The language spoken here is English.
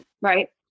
Right